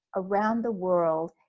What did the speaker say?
around the world,